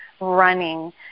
running